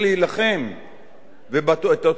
ואת התופעה הזאת צריך לדכא.